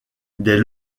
des